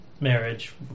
marriage